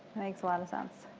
makes a lot of sense.